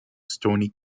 stoney